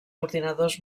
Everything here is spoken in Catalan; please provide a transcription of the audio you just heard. ordinadors